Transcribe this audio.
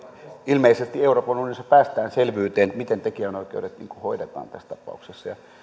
ilmeisesti euroopan unionissa päästään selvyyteen miten tekijänoikeudet hoidetaan tässä tapauksessa